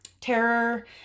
Terror